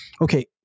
Okay